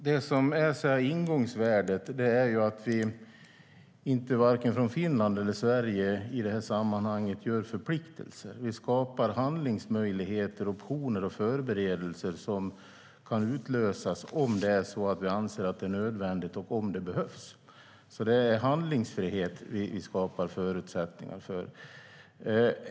Herr talman! Ingångsvärdet är att vi varken från Finland eller Sverige i detta sammanhang gör förpliktelser. Vi skapar handlingsmöjligheter, optioner och förberedelser som kan utlösas om vi anser att det är nödvändigt och om det behövs. Det är handlingsfrihet vi skapar förutsättningar för.